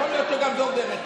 יכול להיות שגם זאת דרך.